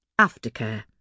Aftercare